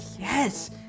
yes